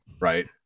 right